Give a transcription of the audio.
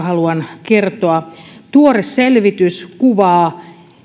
haluan kertoa tuore selvitys kuvaa